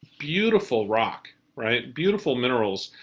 beautiful rock, right? beautiful minerals,